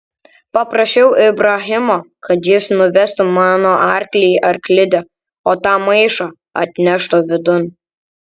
paprašiau ibrahimo kad jis nuvestų mano arklį į arklidę o tą maišą atneštų vidun